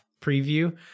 preview